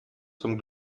zum